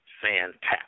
fantastic